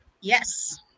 Yes